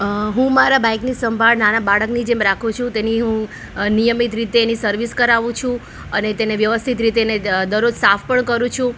હું મારા બાઈકની સંભાળ નાના બાળકની જેમ રાખું છું તેની હું નિયમિત રીતે એની સર્વિસ કરાવું છું અને તેને વ્યવસ્થિત રીતે એને દરરોજ સાફ પણ કરું છું